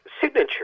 signature